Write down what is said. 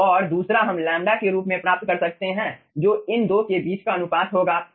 और दूसरा हम λ के रूप में प्राप्त कर सकते हैं जो इन दो के बीच का अनुपात होगा ठीक